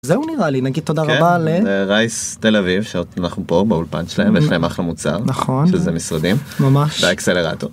זהו נראה לי נגיד תודה רבה לרייס תל אביב שאנחנו פה באולפן שלהם יש להם אחלה מוצר נכון שזה משרדים. ממש. והאקסלרטור.